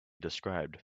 described